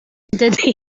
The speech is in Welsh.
ydy